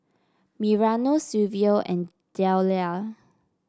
Mariano Silvio and Dellia